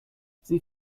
sie